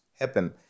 happen